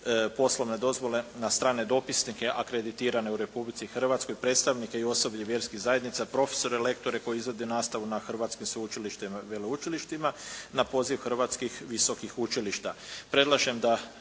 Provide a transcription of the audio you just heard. poslovne dozvole na strane dopisnike akreditirane u Republici Hrvatskoj, predstavnike i osoblje vjerskih zajednica, profesore, lektore koji izvode nastavu na hrvatski sveučilištima i veleučilištima na poziv hrvatskih visokih učilišta.